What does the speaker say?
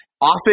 often